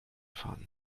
fahren